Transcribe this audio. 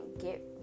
get